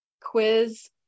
quiz